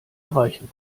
erreichen